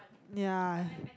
ya